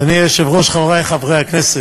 אדוני היושב-ראש, חברי חברי הכנסת,